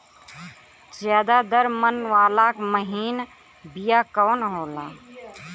ज्यादा दर मन वाला महीन बिया कवन होला?